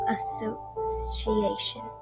Association